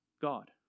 God